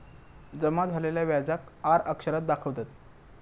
जमा झालेल्या व्याजाक आर अक्षरात दाखवतत